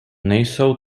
nejsou